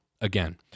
Again